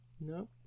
No